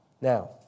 Now